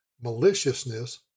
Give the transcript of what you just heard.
Maliciousness